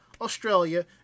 Australia